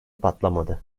patlamadı